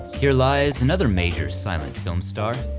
here lies another major silent film star,